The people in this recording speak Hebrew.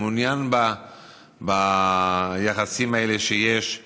הוא מעוניין ביחסים האלה שיש להורים,